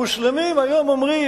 המוסלמים היום אומרים,